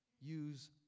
use